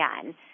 again